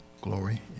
glory